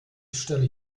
stelle